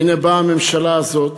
והנה באה הממשלה הזאת,